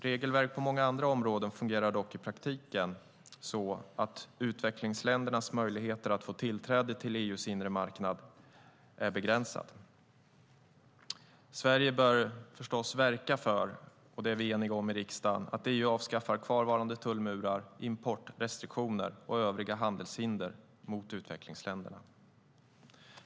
Regelverk på många andra områden fungerar dock i praktiken så att utvecklingsländernas möjligheter att få tillträde till EU:s inre marknad är begränsade. Sverige bör förstås verka för, och det är vi eniga om i riksdagen, att EU avskaffar kvarvarande tullmurar, importrestriktioner och övriga handelshinder gentemot utvecklingsländerna.